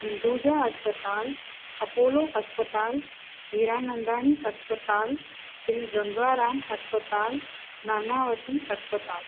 हिंदूजा अस्पताल अपोलो अस्पताल हीरा नंदाणी अस्पताल श्री गंगाराम अस्पताल नानावती अस्पताल